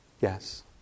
Yes